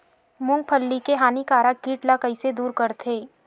मूंगफली के हानिकारक कीट ला कइसे दूर करथे?